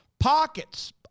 pockets